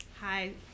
Hi